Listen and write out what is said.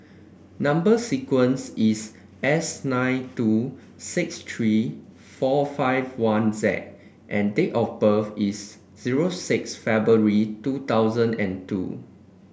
number sequence is S nine two six three four five one Z and date of birth is zero six February two thousand and two